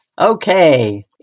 Okay